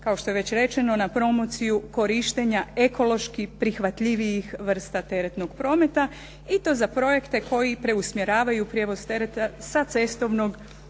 kao što je već rečeno na promociju korištenja ekološki prihvatljivijih vrsta teretnog prometa i to za projekte koji preusmjeravaju prijevoz tereta sa cestovnog na